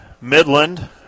Midland